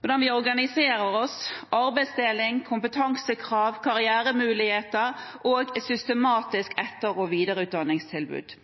hvordan vi organiserer oss, arbeidsdeling, kompetansekrav, karrieremuligheter og et systematisk etter- og videreutdanningstilbud.